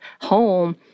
home